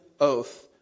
oath